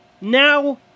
Now